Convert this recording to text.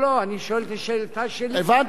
השאלה לגיטימית, לא קשורה אליו.